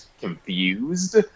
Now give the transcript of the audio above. confused